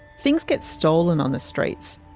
things get stolen on the streets,